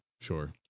sure